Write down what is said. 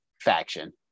faction